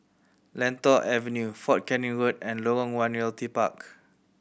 Lentor Avenue Fort Canning Road and Lorong One Realty Park